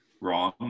wrong